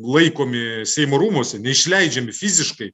laikomi seimo rūmuose neišleidžiami fiziškai